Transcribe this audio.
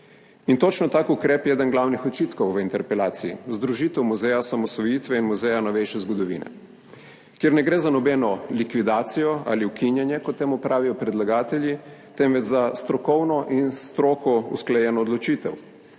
In točno tak ukrep je eden glavnih očitkov v interpelaciji: združitev muzeja osamosvojitve in Muzeja novejše zgodovine. Ker ne gre za nobeno likvidacijo ali ukinjanje kot temu pravijo predlagatelji, temveč za strokovno in s stroko usklajeno odločitev.